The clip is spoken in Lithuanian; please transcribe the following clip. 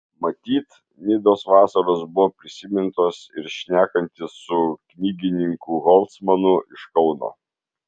matyt nidos vasaros buvo prisimintos ir šnekantis su knygininku holcmanu iš kauno